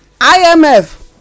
imf